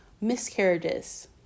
miscarriages